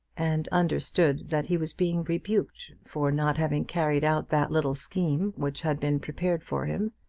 and understood that he was being rebuked for not having carried out that little scheme which had been prepared for him.